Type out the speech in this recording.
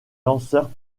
lanceur